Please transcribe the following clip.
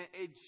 edge